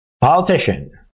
politician